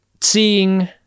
seeing